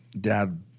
dad